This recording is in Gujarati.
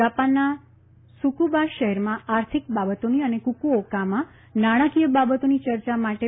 જાપાનના ત્સુકુબા શહેરમાં આર્થિક બાબતોની અને કુકુઓકામાં નાણાંકીય બાબતોની ચર્ચા માટે બેઠકો યોજાઈ